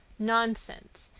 nonsense!